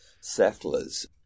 settlers